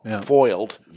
foiled